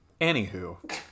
Anywho